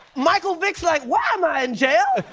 michael vick's like, why am i in jail?